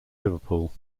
liverpool